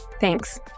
Thanks